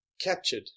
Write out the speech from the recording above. captured